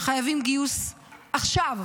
שחייבים גיוס עכשיו.